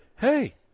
hey –